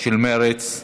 של מרצ.